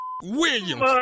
Williams